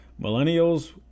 Millennials